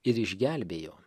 ir išgelbėjo